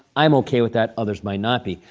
i'm ok with that. others might not be.